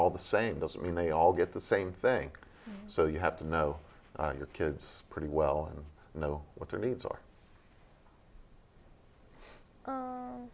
all the same doesn't mean they all get the same thing so you have to know your kids pretty well and know what their needs are